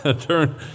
Turn